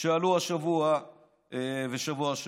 שעלו השבוע ובשבוע שעבר.